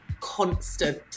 constant